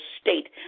state